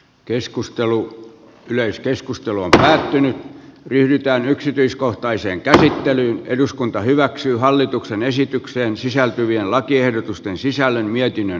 keskustelu yleiskeskustelu on päättynyt yhtään yksityiskohtaiseen käsittelyyn eduskunta hyväksyy hallituksen esitykseen sisältyvien lakiehdotusten sisällön mietinnön